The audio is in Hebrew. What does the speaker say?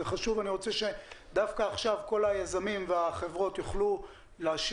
זה חשוב כי אני רוצה שדווקא עכשיו כל היזמים והחברות יוכלו להשמיע